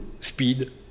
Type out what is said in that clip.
speed